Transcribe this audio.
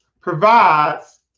provides